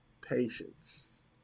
patience